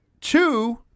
two